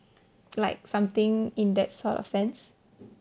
like something in that sort of sense